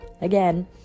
again